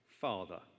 father